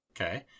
Okay